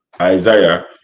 Isaiah